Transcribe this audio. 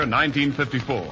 1954